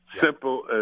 Simple